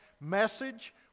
message